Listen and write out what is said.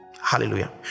hallelujah